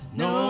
no